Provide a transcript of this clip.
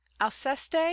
Alceste